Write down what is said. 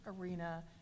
arena